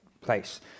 place